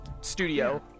studio